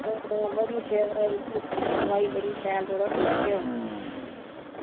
होर बधियै शैल साफ सफाई बड़ी शैल थुआढ़े होटलै च